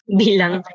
bilang